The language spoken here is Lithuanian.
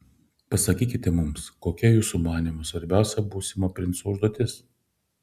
pasakykite mums kokia jūsų manymu svarbiausia būsimo princo užduotis